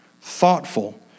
thoughtful